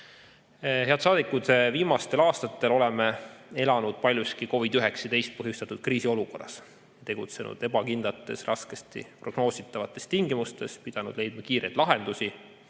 Head saadikud! Viimastel aastatel oleme elanud paljuski COVID-19 haigusest põhjustatud kriisiolukorras, tegutsenud ebakindlates raskesti prognoositavatest tingimustes, pidanud leidma kiireid lahendusi,